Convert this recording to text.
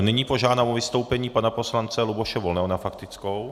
Nyní požádám o vystoupení pana poslance Luboše Volného na faktickou.